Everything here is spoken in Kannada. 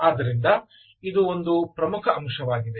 ಆದ್ದರಿಂದ ಇದು ಪ್ರಮುಖ ಅಂಶವಾಗಿದೆ